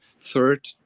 third